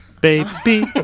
Baby